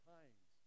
times